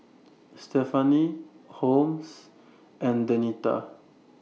Stephani Holmes and Denita